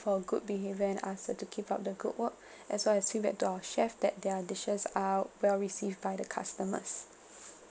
for good behavior and ask her to keep up the good work as well as feedback to our chef that their dishes are well received by the customers